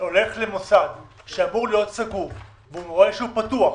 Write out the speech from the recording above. הולך למוסד שאמור להיות סגור והוא רואה שהמוסד פתוח.